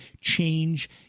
change